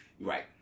Right